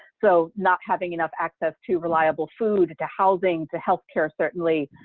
so not having enough access to reliable food, to housing, to healthcare, certainly,